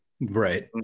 right